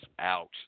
out